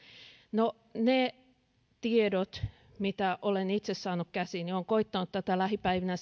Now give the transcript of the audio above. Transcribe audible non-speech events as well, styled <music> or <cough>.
no ne tiedot mitä olen itse saanut käsiini olen koettanut tätä lähipäivinä <unintelligible>